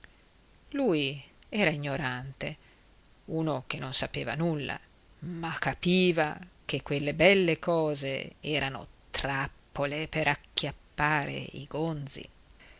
lui era ignorante uno che non sapeva nulla ma capiva che quelle belle cose erano trappole per acchiappare i gonzi